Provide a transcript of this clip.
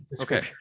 Okay